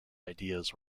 ideas